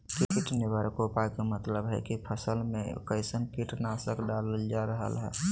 कीट निवारक उपाय के मतलव हई की फसल में कैसन कीट नाशक डालल जा रहल हई